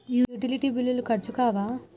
Utility బిల్లులు ఖర్చు కావా?